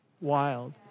wild